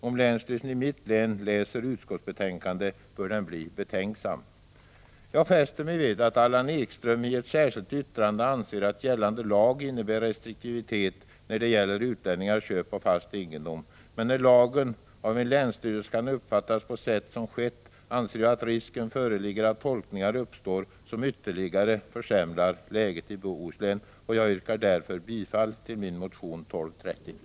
Om länsstyrelsen i mitt län läser utskottsbetänkandet, bör den bli betänksam. Jag fäster mig vid att Allan Ekström i ett särskilt yttrande anser att gällande lag innebär restriktivitet när det gäller utlänningars köp av fast egendom. Men när lagen av en länsstyrelse kan uppfattas på sätt som skett, anser jag att risk föreligger att tolkningar uppstår som ytterligare försämrar läget i Bohuslän. Jag yrkar därför bifall till min motion nr L230.